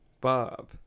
Bob